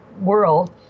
world